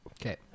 Okay